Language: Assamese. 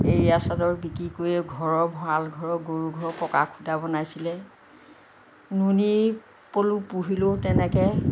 এৰীয়া চাদৰ বিক্ৰী কৰিয়েই ঘৰৰ ভঁড়ালঘৰ গৰুঘৰ পকা খুটা বনাইছিলে নুনী পলু পুহিলেও তেনেকৈ